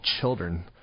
children